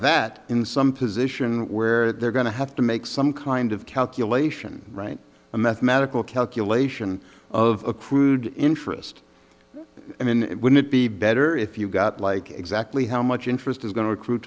that in some position where they're going to have to make some kind of calculation right a mathematical calculation of accrued interest i mean wouldn't it be better if you got like exactly how much interest is going to accru